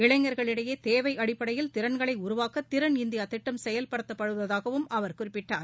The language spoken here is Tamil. இளைஞர்களிடையே தேவை அடிப்படையில் திறன்களை உருவாக்க திறன் இந்தியா திட்டம் செயல்படுத்தப்படுவதாகவும் அவர் குறிப்பிட்டார்